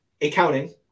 accounting